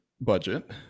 budget